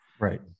right